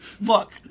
Look